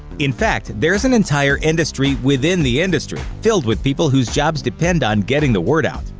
in fact, there's an entire industry within the industry, filled with people whose jobs depend on getting the word out.